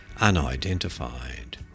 unidentified